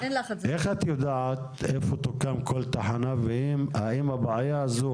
איך את יודעת איפה תוקם כל תחנה ואם הבעיה הזאת